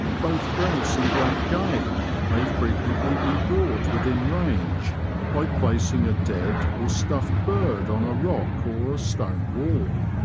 both grouse and black game may frequently be brought within range by placing a dead or stuifed bird on a rock or a stone wall.